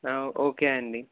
okay అండి